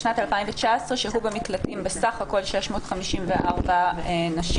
בשנת 2019 שהו במקלטים בסך הכול 654 נשים.